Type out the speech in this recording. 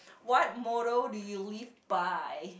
what motto do you live by